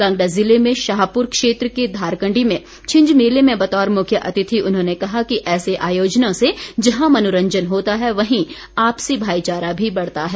कांगड़ा ज़िले में शाहपुर क्षेत्र के धारकंडी में छिंज मेले में बतौर मुख्य अतिथि उन्होंने कहा कि ऐसे आयोजनों से जहां मनोरंजन होता है वहीं आपसी भाईचारा भी बढ़ता है